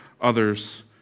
others